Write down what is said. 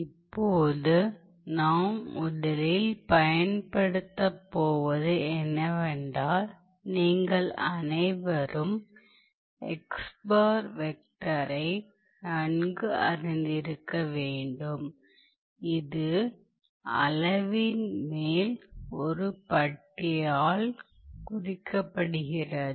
இப்போது நாம் முதலில் பயன்படுத்தப் போவது என்னவென்றால் நீங்கள் அனைவரும் வெக்டரை நன்கு அறிந்திருக்க வேண்டும் இது அளவின் மேல் ஒரு பட்டியால் குறிக்கப்படுகிறது